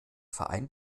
verein